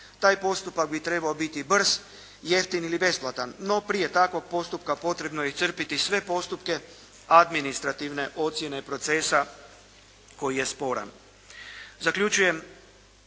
Taj postupak bi trebao biti brz, jeftin ili besplatan. No, prije takvog postupka potrebno je iscrpiti sve postupke administrativne ocjene procesa koji je sporan. Zaključujem